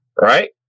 right